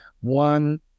one